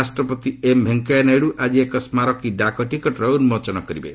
ଉପରାଷ୍ଟ୍ରପତି ଏମ୍ ଭେଙ୍କିୟା ନାଇଡ଼ୁ ଆଜି ଏକ ସ୍କାରକୀ ଡାକଟିକଟର ଉନ୍କୋଚନ କରିବେ